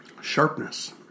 sharpness